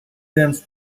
dance